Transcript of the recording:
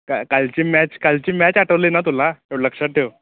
काय कालची मॅच कालची मॅच आठवली ना तुला एवढं लक्षात ठेव